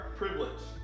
privilege